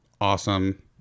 awesome